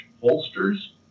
holsters